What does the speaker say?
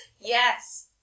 Yes